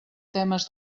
temes